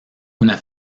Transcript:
una